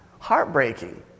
Heartbreaking